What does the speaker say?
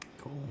cool